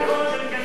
קדימה,